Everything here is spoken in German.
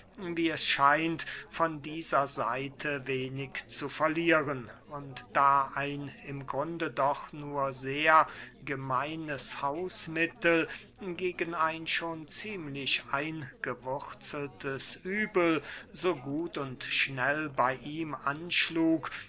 wie es scheint von dieser seite wenig zu verlieren und da ein im grunde doch nur sehr gemeines hausmittel gegen ein schon ziemlich eingewurzeltes übel so gut und schnell bey ihm anschlug